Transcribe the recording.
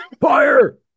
Fire